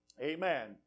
Amen